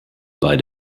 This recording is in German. bei